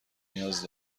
نیاز